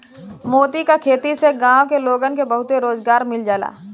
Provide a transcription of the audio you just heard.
मोती क खेती से गांव के लोगन के बहुते रोजगार मिल जाला